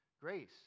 Grace